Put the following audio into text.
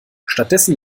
stattdessen